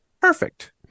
perfect